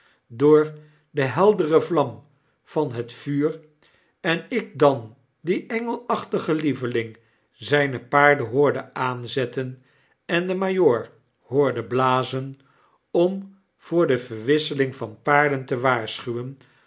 door de heldere vlam van het vuur en ik dan dien engelachtigen reveling ztjne paarden hoorde aanzetten en den majoor hoorde blazen om voor de verwisseling van paarden te waarschuwen